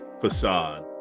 facade